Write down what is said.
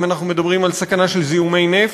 אם אנחנו מדברים על סכנה של זיהומי נפט,